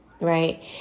Right